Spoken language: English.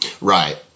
Right